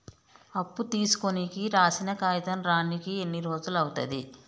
అప్పు తీసుకోనికి రాసిన కాగితం రానీకి ఎన్ని రోజులు అవుతది?